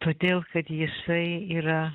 todėl kad jisai yra